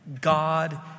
God